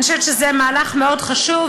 אני חושבת שזה מהלך מאוד חשוב,